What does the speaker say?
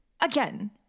again